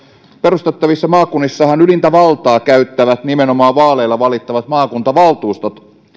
perustettavissa maakunnissahan ylintä valtaa käyttävät nimenomaan vaaleilla valittavat maakuntavaltuustot